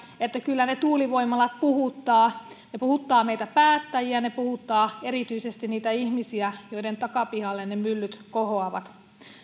että kyllä ne tuulivoimalat puhuttavat ne puhuttavat meitä päättäjiä ne puhuttavat erityisesti niitä ihmisiä joiden takapihalle ne myllyt kohoavat